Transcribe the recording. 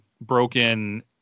broken